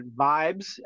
vibes